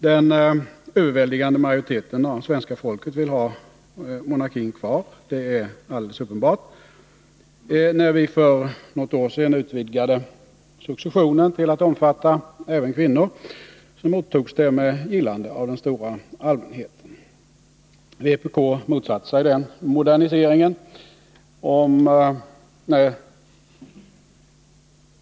Den överväldigande majoriteten av svenska folket vill ha monarkin kvar. Det är alldeles uppenbart. När vi för något år sedan utvidgade successionen till att omfatta även kvinnor, så mottogs det med gillande av den stora allmänheten. Vpk motsatte sig den moderniseringen.